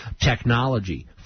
Technology